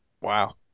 Wow